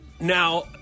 Now